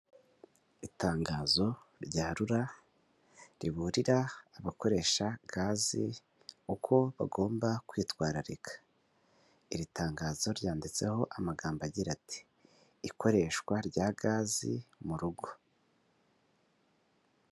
Itangazo rya rura riburira abakoresha gazi uko bagomba kwitwararika iri tangazo ryanditseho amagambo agira ati "ikoreshwa rya gazi mu rugo".